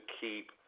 keep